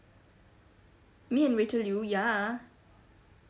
me and rachel liew ya